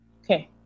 Okay